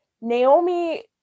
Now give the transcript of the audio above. Naomi